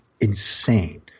insane